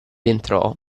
entrò